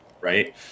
right